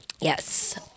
Yes